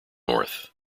north